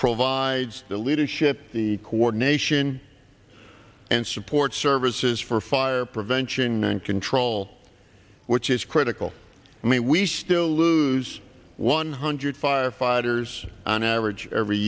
provides the leadership the coordination and support services for fire prevention and control which is critical i mean we still lose one hundred firefighters on average every